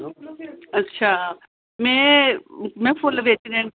अच्छा में फुल्ल बेचने न